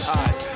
eyes